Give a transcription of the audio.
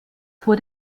vor